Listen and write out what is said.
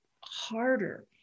harder